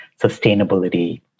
sustainability